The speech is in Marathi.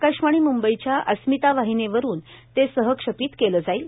आकाशवाणी म्ंबईच्या अस्मिता वाहिनीवरुन ते सहक्षेपित केलं जाईल